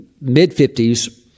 mid-50s